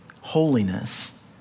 holiness